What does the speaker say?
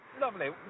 lovely